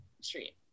street